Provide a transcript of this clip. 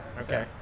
Okay